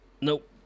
Nope